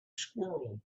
squirrel